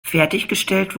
fertiggestellt